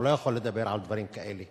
הוא לא יכול לדבר על דברים כאלה.